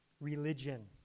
religion